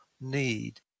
need